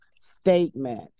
statement